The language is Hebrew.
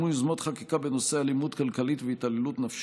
קודמו יוזמות חקיקה בנושא אלימות כלכלית והתעללות נפשית,